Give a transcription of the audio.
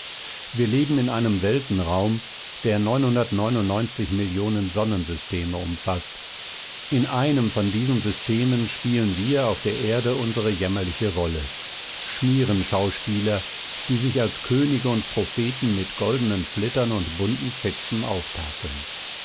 wir leben in einem weltenraum der millionen sonnensysteme umfaßt in einem von diesen systemen spielen wir auf der erde unsere jämmerliche rolle schmierenschauspieler die sich als könige und propheten mit goldenen flittern und bunten fetzen auftakeln